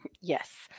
Yes